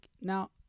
now